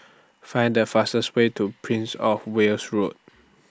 Find The fastest Way to Prince of Wales Road